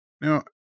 Now